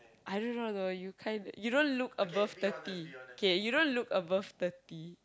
I don't know the you kinda you don't look above thirty okay you don't look above thirty